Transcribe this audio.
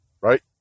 right